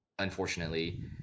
Unfortunately